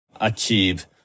achieve